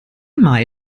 mai